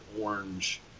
orange